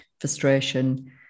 frustration